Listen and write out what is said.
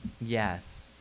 Yes